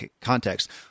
context